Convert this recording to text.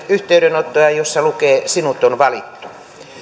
yhteydenottoa jossa lukee sinut on valittu